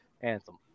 anthem